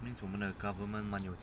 the government